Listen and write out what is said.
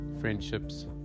Friendships